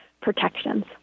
protections